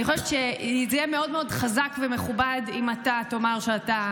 אני חושבת שזה יהיה מאוד מאוד חזק ומכובד אם אתה תאמר שאתה